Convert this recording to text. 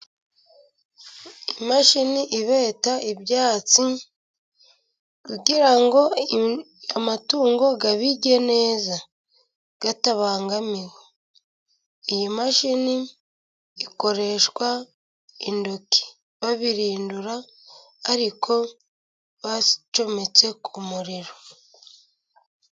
Imashini ibeta ibyatsi kugira ngo amatungo abirye neza atabangamiwe. Iyi mashini ikoreshwa intoki, babirindura ariko bacometse ku muriro.